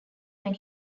when